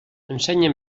ensenya